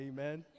Amen